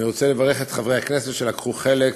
אני רוצה לברך את חברי הכנסת שלקחו חלק